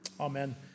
Amen